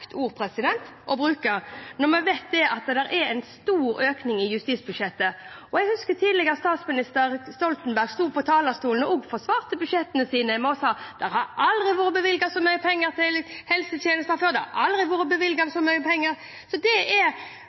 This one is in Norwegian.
ord å bruke når en vet at det er en stor økning i justisbudsjettet. Jeg husker at også tidligere statsminister Stoltenberg sto på talerstolen og forsvarte budsjettene sine ved å si at det har aldri vært bevilget så mye penger til f.eks. helsetjenester før – det har aldri vært bevilget så mye penger. Det er